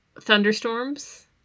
thunderstorms